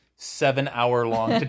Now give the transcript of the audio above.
seven-hour-long